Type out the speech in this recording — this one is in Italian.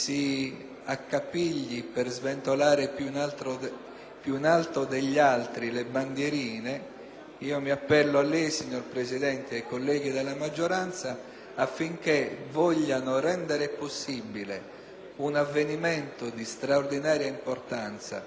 mi appello a lei, signor Presidente, ed ai colleghi della maggioranza per rendere possibile un avvenimento di straordinaria importanza, qual è appunto il G8, grazie al conforto ed al sostegno